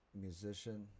musician